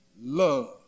love